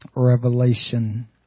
Revelation